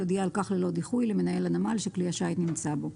יודיע על כך ללא דיחוי למנהל הנמל שכלי השיט נמצא בו.